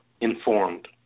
informed